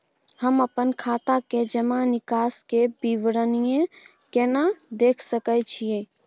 हम अपन खाता के जमा निकास के विवरणी केना देख सकै छी?